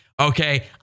Okay